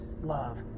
love